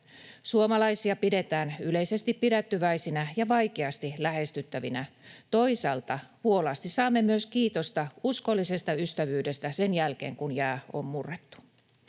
Suomalaisia pidetään yleisesti pidättyväisinä ja vaikeasti lähestyttävinä, toisaalta vuolaasti saamme myös kiitosta uskollisesta ystävyydestä sen jälkeen, kun jää on murrettu.